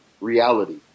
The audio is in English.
reality